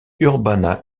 urbana